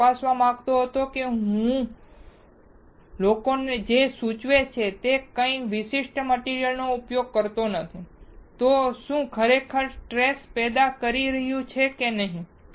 હું તપાસવા માંગતો હતો કે શું હું લોકો જે સૂચવે છે તે કોઈ વિશિષ્ટ મટીરીઅલનો ઉપયોગ કરતો નથી તો શું તે ખરેખર સ્ટ્રેસ પેદા કરી રહ્યું છે કે નહીં